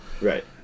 right